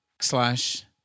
slash